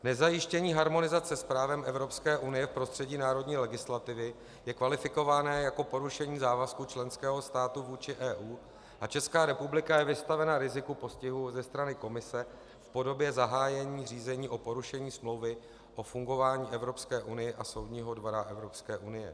Nezajištění harmonizace s právem Evropské unie v prostředí národní legislativy je kvalifikováno jako porušení závazku členského státu vůči EU a Česká republika je vystavena riziku postihu ze strany Komise v podobě zahájení řízení o porušení Smlouvy o fungování Evropské unie a Soudního dvora Evropské unie.